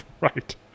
Right